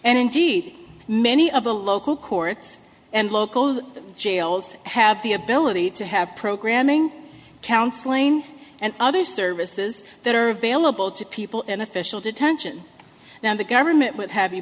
and indeed many of the local courts and local jails have the ability to have programming counseling and other services that are available to people in official detention now the government would have you